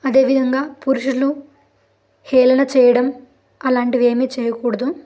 అదేవిధంగా పురుషులు హేళన చేయడం అలాంటివి ఏమీ చేయకూడదు